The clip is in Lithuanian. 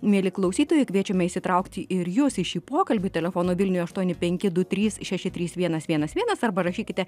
mieli klausytojai kviečiame įsitraukti ir jus į šį pokalbį telefonu vilniuj aštuoni penki du trys šeši trys vienas vienas vienas arba rašykite